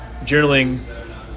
journaling